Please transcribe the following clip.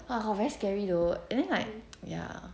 !wah! how very scary though and then like ya